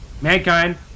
mankind